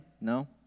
No